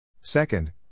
Second